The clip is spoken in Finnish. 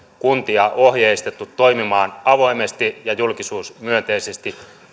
kuntia ohjeistettu toimimaan avoimesti ja julkisuusmyönteisesti